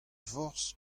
forzh